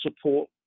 support